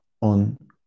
on